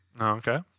okay